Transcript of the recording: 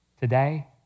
Today